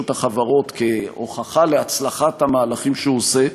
החברות כהוכחה להצלחת המהלכים שהוא עושה,